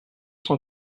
cent